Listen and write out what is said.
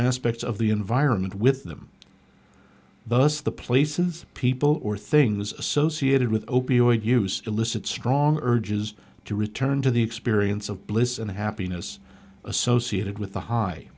aspects of the environment with them thus the places people or things associated with opioid use elicit strong urges to return to the experience of bliss and happiness associated with the high